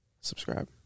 subscribe